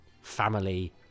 family